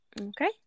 Okay